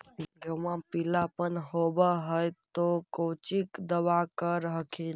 गोहुमा मे पिला अपन होबै ह तो कौची दबा कर हखिन?